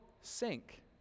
sink